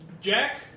Jack